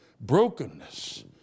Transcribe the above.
brokenness